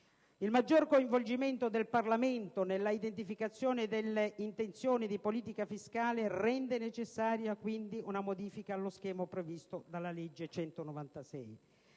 II maggior coinvolgimento del Parlamento nella identificazione delle intenzioni di politica fiscale rende necessaria una modifica allo schema previsto dalla legge n.